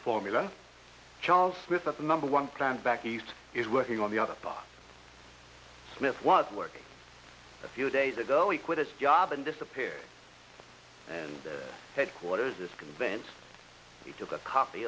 formula charles smith of the number one plant back east is working on the other box smith was working a few days ago he quit his job and disappear and headquarters is convinced he took a copy